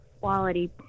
quality